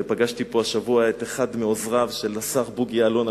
ופגשתי פה השבוע את אחד מעוזריו של השר בוגי יעלון,